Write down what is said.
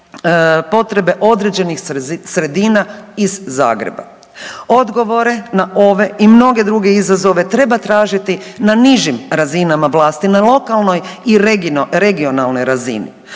potrebe određenih sredina iz Zagreba. Odgovore na ove i mnoge druge izazove treba tražiti na nižim razinama vlasti na lokalnoj i regionalnoj razini.